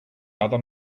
other